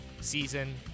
season